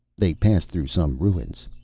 they passed through some ruins,